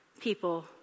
people